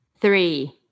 three